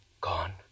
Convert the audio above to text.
Gone